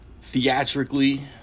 Theatrically